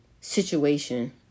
situation